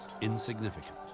insignificant